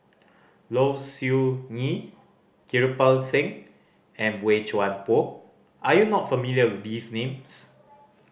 Low Siew Nghee Kirpal Singh and Boey Chuan Poh are you not familiar with these names